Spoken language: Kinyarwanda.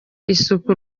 isuku